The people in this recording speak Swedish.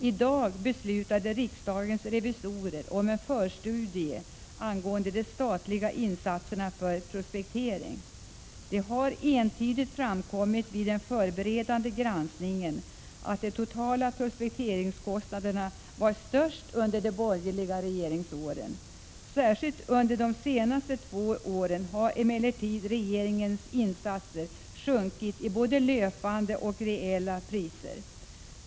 I dag beslutade riksdagens revisorer om en förstudie angående de statliga insatserna för prospektering. Det har entydigt framkommit vid den förberedande granskningen att de totala prospekteringskostnaderna var störst under de borgerliga regeringsåren. Särskilt under de senaste två åren har dock regeringens insatser sjunkit i både löpande och reella priser.